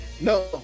No